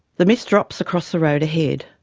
the mist drops across the road ahead.